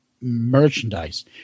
merchandise